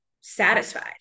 satisfied